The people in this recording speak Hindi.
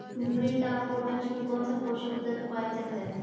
म्यूरेट ऑफ पोटाश में कौन सा पोषक तत्व पाया जाता है?